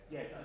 Yes